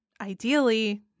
ideally